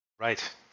Right